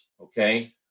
Okay